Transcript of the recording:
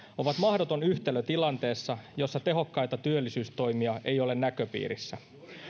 ovat mahdoton yhtälö tilanteessa jossa tehokkaita työllisyystoimia ei ole näköpiirissä